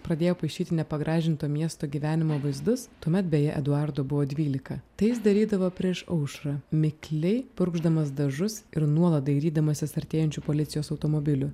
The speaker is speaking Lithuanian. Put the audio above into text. pradėjo paišyti nepagražinto miesto gyvenimo vaizdus tuomet beje eduardo buvo dvylika tai jis darydavo prieš aušrą mikliai purkšdamas dažus ir nuolat dairydamasis artėjančių policijos automobilių